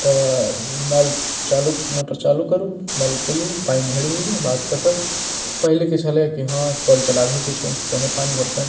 तऽ नल चालू मोटर चालू करू नल खोलू पानि भरि लिऽ बात खतम पहिले की छलै कि हँ कल चलाबहेके छै तहने पानि भरतै